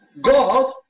God